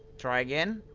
try again?